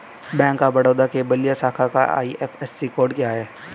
Bank of Baroda के बलिया शाखा का आई.एफ.एस.सी कोड क्या है?